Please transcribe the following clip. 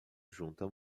junta